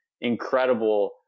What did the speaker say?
incredible